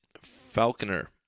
Falconer